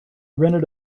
rented